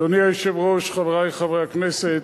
אדוני היושב-ראש, חברי חברי הכנסת,